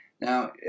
Now